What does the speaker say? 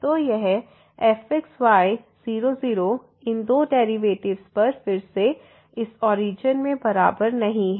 तो यह fxy 00 इन दो डेरिवेटिव्स पर फिर से इस ओरिजिन में बराबर नहीं हैं